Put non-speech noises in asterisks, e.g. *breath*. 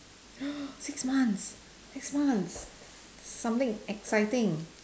*breath* six months six months something exciting